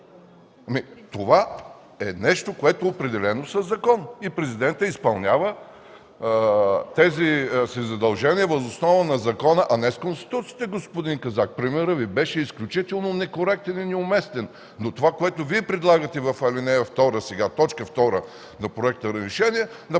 Това е нещо, което е определено със закон и Президентът изпълнява тези си задължения въз основа на закона, а не с Конституцията, господин Казак! Примерът Ви беше изключително некоректен и неуместен. Но това, което Вие предлагате в т. 2 на проекта за решение, на